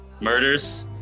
Murders